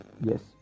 yes